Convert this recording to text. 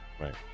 Right